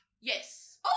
yes